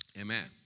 Amen